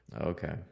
okay